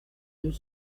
deux